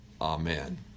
Amen